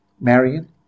Marion